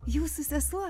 jūsų sesuo